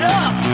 up